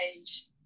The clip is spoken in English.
age